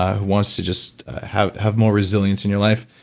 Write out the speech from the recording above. who wants to just have have more resilience in your life,